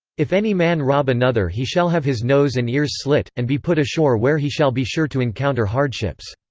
if any man rob another he shall have his nose and ears slit, and be put ashore where he shall be sure to encounter hardships.